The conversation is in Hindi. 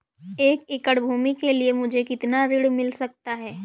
एक एकड़ भूमि के लिए मुझे कितना ऋण मिल सकता है?